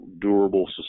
durable